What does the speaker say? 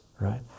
right